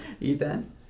Ethan